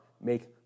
Make